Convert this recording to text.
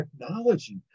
technology